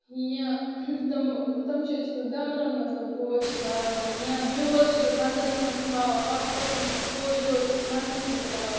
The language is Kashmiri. یا تِم تِم چھُ ٲسۍ مٕتۍ گَملن منٛز تِم پوش لاگان یا بِیول چھِ ونٛدس منٛز تھاوان اکھ قٕسم پوشہِ بیول چھُ أسۍ ونٛدم منٛز تراوان